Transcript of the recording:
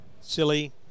silly